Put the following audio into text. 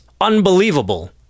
unbelievable